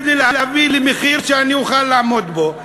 ולהביא למחיר שאני אוכל לעמוד בו?